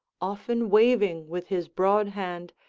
often waving with his broad hand,